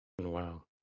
Wow